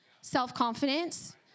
self-confidence